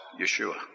Yeshua